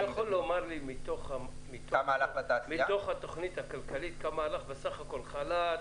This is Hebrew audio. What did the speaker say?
אתה יכול להגדיל מתוך התוכנית הכלכלית כמה הלך בסך הכול לחל"ת,